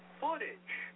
footage